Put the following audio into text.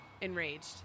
Enraged